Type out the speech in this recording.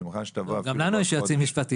אני מוכן שתבוא אפילו --- גם לנו יש יועצים משפטיים.